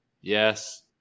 Yes